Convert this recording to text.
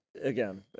again